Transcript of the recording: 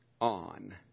On